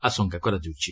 ଆଶଙ୍କା କରାଯାଉଛି